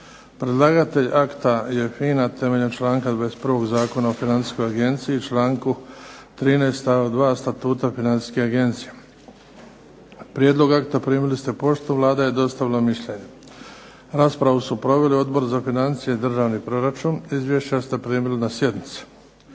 Predlagatelj akta je FINA temeljem članka 21. Zakona o Financijskoj agenciji, članku 13. stavak 2. statuta Financijske agencije. Prijedlog akta primili ste poštom, Vlada je dostavila mišljenje. Raspravu su proveli Odbor za financije i državni proračun. Izvješća ste primili na sjednici.